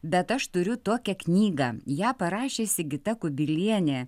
bet aš turiu tokią knygą ją parašiusi gita kubilienė